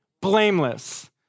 Blameless